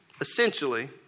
essentially